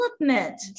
development